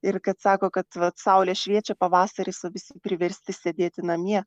ir kad sako kad vat saulė šviečia pavasaris o visi priversti sėdėti namie